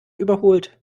überholt